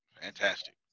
Fantastic